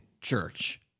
church